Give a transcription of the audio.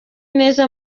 neza